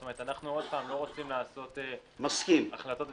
אנחנו לא רוצים לקבל רק החלטות.